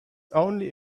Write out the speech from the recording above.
only